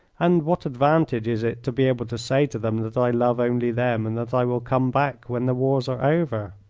and what advantage is it to be able to say to them that i love only them, and that i will come back when the wars are over?